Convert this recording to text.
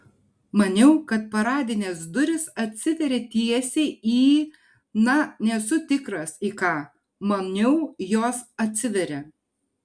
maniau kad paradinės durys atsiveria teisiai į na nesu tikras į ką maniau jos atsiveria